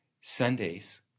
Sundays